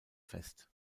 fest